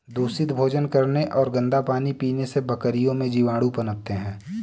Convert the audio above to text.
दूषित भोजन करने और गंदा पानी पीने से बकरियों में जीवाणु पनपते हैं